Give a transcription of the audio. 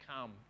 come